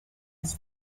est